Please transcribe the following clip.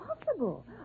impossible